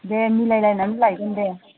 दे मिलाय लायनानै लायगोन दे